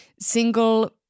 single